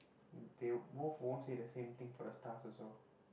they both won't say the same thing for the stars also